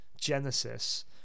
genesis